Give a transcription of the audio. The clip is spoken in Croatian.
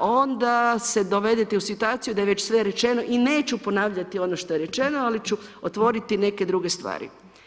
onda se dovedete i u situaciju da je već sve rečeno i neću ponavljati ono što je rečeno ali ću otvoriti neke druge stvari.